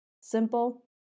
simple